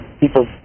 people